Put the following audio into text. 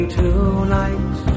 tonight